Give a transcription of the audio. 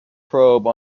probe